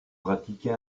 pratiquez